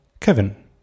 Kevin